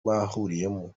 bahuriyemo